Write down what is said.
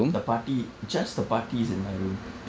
the பாட்டி:paatti just the பாட்டி:paatti is in my room